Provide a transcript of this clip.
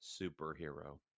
superhero